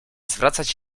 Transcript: zwracać